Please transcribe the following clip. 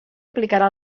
aplicarà